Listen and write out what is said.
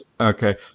Okay